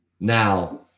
Now